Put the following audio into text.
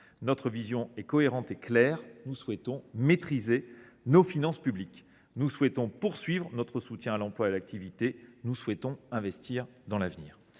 Notre vision est cohérente et claire. Nous souhaitons maîtriser nos finances publiques. Nous souhaitons poursuivre notre soutien à l’emploi et à l’activité. Nous souhaitons investir dans l’avenir.